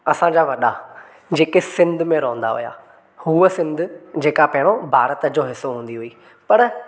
असां जा वॾा जेके सिंध में रहंदा हुआ हू सिंध जेका पहिरों भारत जो हिसो हूंदी हुई पर